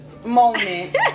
moment